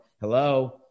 Hello